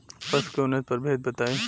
पशु के उन्नत प्रभेद बताई?